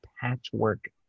patchwork